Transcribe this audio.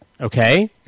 okay